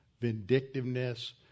vindictiveness